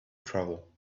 travel